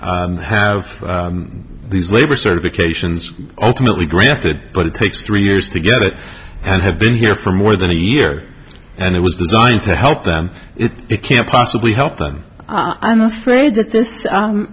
have these labor certifications ultimately granted but it takes three years together and have been here for more than a year and it was designed to help them if it can possibly help them i'm afraid that this